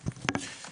בבקשה.